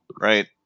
right